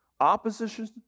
Opposition